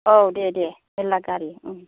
औ दे दे मेरला गारि ओं